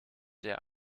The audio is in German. der